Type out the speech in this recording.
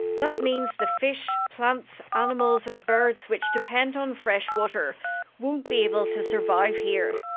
that means the fish, plants, animals and birds which depend on freshwater won't be able to survive here.